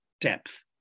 depth